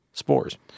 spores